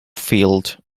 field